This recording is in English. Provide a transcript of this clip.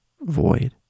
void